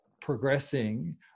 progressing